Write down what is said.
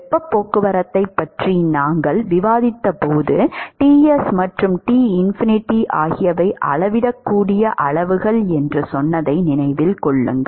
வெப்பப் போக்குவரத்தைப் பற்றி நாங்கள் விவாதித்தபோது Ts மற்றும் Tinfinity ஆகியவை அளவிடக்கூடிய அளவுகள் என்று சொன்னதை நினைவில் கொள்ளுங்கள்